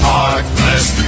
Heartless